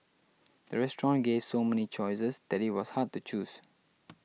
the restaurant gave so many choices that it was hard to choose